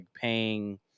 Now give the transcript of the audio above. paying